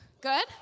Good